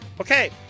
Okay